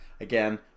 Again